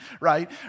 right